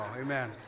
amen